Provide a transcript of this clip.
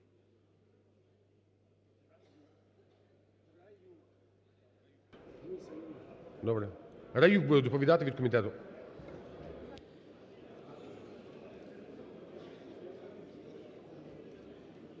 Драюк буде доповідати від комітету.